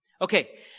Okay